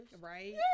Right